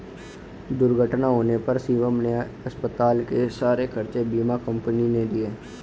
दुर्घटना होने पर शिवम के अस्पताल के सारे खर्चे बीमा कंपनी ने दिए